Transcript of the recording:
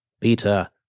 Peter